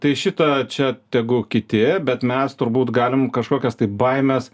tai šitą čia tegu kiti bet mes turbūt galim kažkokias tai baimes